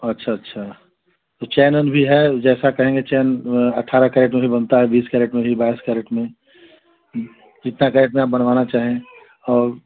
अच्छा अच्छा तो चैन वैन भी है ऊ जैसा कहेंगे चैन अट्ठारह कैरेट में जो बनता है बीस कैरेट में भी बाईस कैरेट में जितना कैरेट में आप बनवाना चाहे और